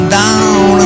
down